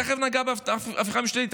תכף ניגע בהפיכה המשטרית,